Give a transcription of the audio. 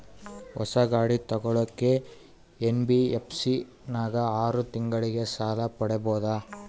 ಹೊಸ ಗಾಡಿ ತೋಗೊಳಕ್ಕೆ ಎನ್.ಬಿ.ಎಫ್.ಸಿ ನಾಗ ಆರು ತಿಂಗಳಿಗೆ ಸಾಲ ಪಡೇಬೋದ?